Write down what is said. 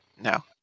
No